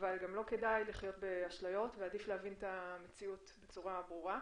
אבל גם לא כדאי לחיות באשליות ועדיף להבין את המציאות בצורה ברורה.